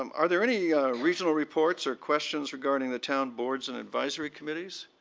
um are there any regional reports or questions regarding the town boards and advisory committees?